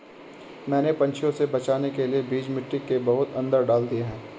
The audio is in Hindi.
मैंने पंछियों से बचाने के लिए बीज मिट्टी के बहुत अंदर डाल दिए हैं